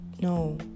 no